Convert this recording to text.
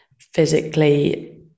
physically